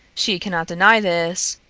she cannot deny this,